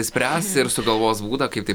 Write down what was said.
išspręs ir sugalvos būdą kaip tai